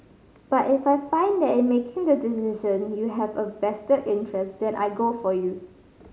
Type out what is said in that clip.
but if I find that in making the decision you have a vested interest then I go for you